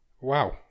Wow